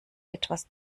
etwas